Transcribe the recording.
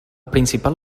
principal